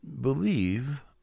believe